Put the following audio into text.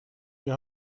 wir